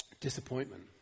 Disappointment